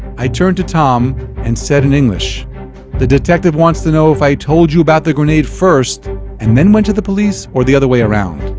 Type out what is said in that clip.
i turned to tom and said in english the detective wants to know if i told you about the grenade first and then went to the police or the other way around.